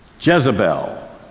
Jezebel